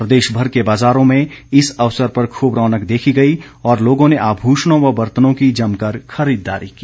प्रदेश भर के बाजारों में इस अवसर पर खूब रौनक देखी गई और लोगों ने आभूषणों व बर्तनों की जमकर खरीददारी की